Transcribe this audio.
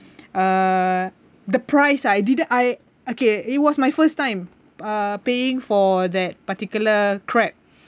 uh the price I didn't I okay it was my first time uh paying for that particular crab